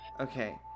Okay